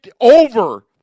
Over